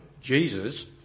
Jesus